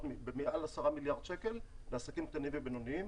במעל 10 מיליארד שקלים לעסקים קטנים ובינוניים,